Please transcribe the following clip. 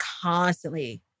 constantly